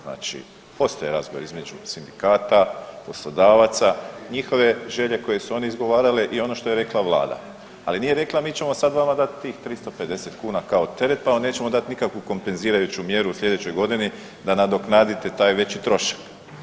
Znači, postoji razgovor između sindikata i poslodavaca, njihove želje koje su oni izgovarale i ono što je rekla vlada, ali nije rekla mi ćemo sad vama dati tih 350 kuna kao teret, pa vam nećemo dati nikakvu kompenzirajuću mjeru u slijedećoj godini da nadoknadite taj veći trošak.